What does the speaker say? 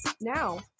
Now